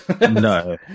No